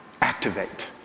Activate